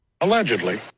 Allegedly